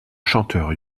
chanteur